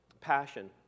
Passion